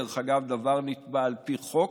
דרך אגב, הדבר נקבע על פי חוק,